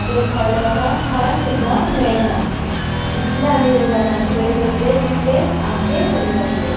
कित्याक थोड्या लोकांक खाण सुद्दां मेयणा जितले आमी जर लोकांचे बरें करतले तितले आमचेंय बरें जातलें